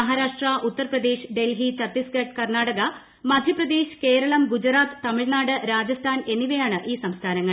മഹാരാഷ്ട്ര ഉത്തർപ്രദേശ് ഡൽഹി ഛത്തീസ്ഗഡ് കർണ്ണാടക മധ്യപ്രദേശ് കേരളം ഗുജറാത്ത് തമിഴ്നാട് രാജസ്ഥാൻ എന്നിവയാണ് ഈ സംസ്ഥാനങ്ങൾ